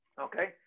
Okay